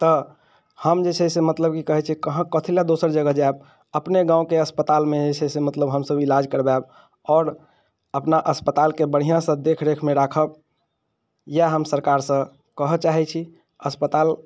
तऽ हम जे छै से मतलब की कहैत छै कथी लऽ दोसर जगह जायब अपने गाँवके अस्पतालमे जे छै मतलब जे छै से हमसब इलाज करबायब आओर अपना अस्पतालके बढ़िआँसँ देख रेखमे राखब इएह हम सरकारसँ कहऽ चाहैत छी अस्पताल